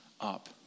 up